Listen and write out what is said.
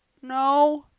no,